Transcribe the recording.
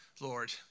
Lord